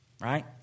right